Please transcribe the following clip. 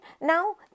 now